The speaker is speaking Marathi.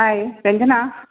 हाय रंजना